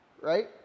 Right